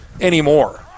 anymore